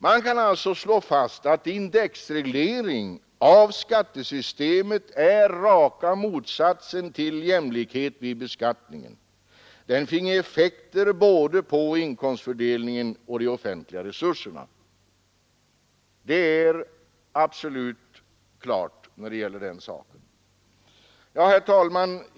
Man kan alltså slå fast att indexreglering av skattesystemet innebär raka motsatsen till jämlikhet vid beskattningen. Den finge effekter på både inkomstfördelningen och de offentliga resurserna. Det är absolut klart. Herr talman!